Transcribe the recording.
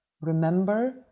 remember